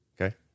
Okay